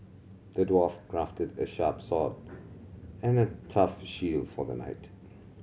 the dwarf crafted a sharp sword and a tough shield for the knight